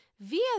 via